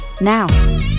now